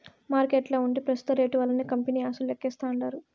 మార్కెట్ల ఉంటే పెస్తుత రేట్లు వల్లనే కంపెనీ ఆస్తులు లెక్కిస్తాండారు